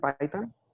Python